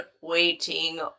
waiting